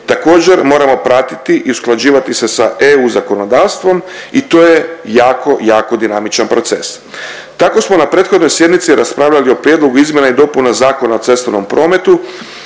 Također moramo pratiti i usklađivati se sa EU zakonodavstvom i to je jako, jako dinamičan proces. Tako smo na prethodnoj sjednici raspravljali o prijedlogu izmjena i dopuna Zakona o cestovnom prometu